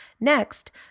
Next